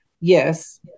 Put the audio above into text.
yes